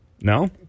No